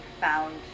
found